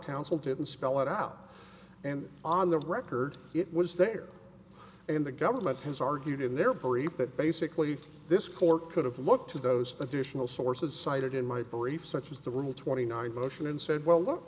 counsel didn't spell it out and on the record it was there and the government has argued in their brief that basically this court could have looked to those additional sources cited in my brief such as the rule twenty nine motion and said well